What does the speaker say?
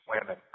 Women